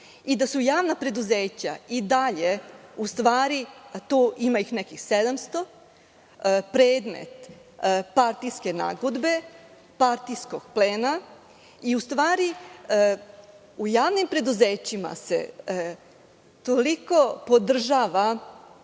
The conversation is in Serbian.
i da su javna preduzeća i dalje, ima ih 700, predmet partijske nagodbe, partijskog plena i, u stvari, u javnim preduzećima se toliko podržava